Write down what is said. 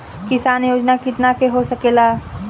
किसान योजना कितना के हो सकेला?